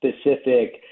specific